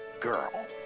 girl